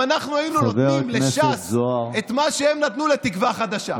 אם אנחנו היינו נותנים לש"ס את מה שהם נתנו לתקווה חדשה,